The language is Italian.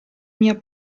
mia